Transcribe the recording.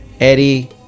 eddie